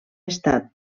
estat